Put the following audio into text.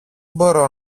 μπορώ